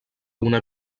una